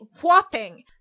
whopping